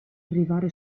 arrivare